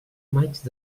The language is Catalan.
maig